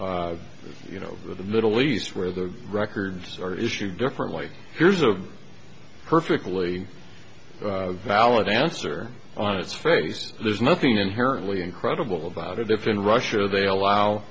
you know the middle east where the records are issue differently here's a perfectly valid answer on its face there's nothing inherently incredible about it if in russia they allow